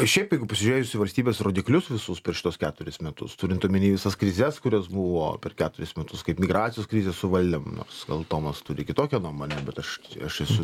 šiaip jeigu pasižiūrėjus į valstybės rodiklius visus per šituos keturis metus turint omeny visas krizes kurios buvo per keturis metus kaip migracijos krizę suvaldėm nors gal tomas turi kitokią nuomonę bet aš aš esu